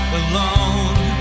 alone